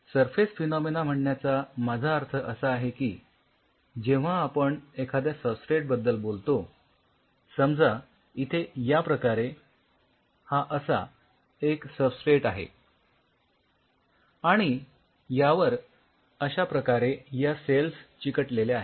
surface phenomena म्हणण्याचा माझा अर्थ असा आहे की जेव्हा आपण एखाद्या सबस्ट्रेट बद्दल बोलतो समजा इथे याप्रकारे हा असा एक सबस्ट्रेट आहे आणि यावर अश्या प्रकारे या सेल्स चिकटलेल्या आहेत